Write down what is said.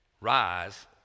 rise